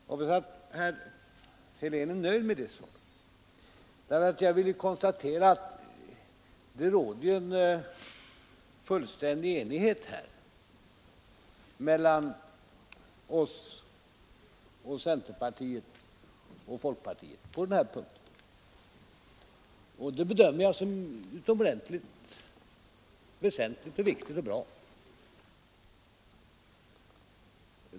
Jag hoppas att herr Helén är nöjd med det svaret. Det råder ju också fullständig enighet på den punkten mellan centerpartiet, folkpartiet och oss, och detta bedömer jag som utomordentligt väsentligt, viktigt och bra.